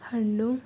ಹಣ್ಣು